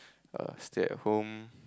err stay at home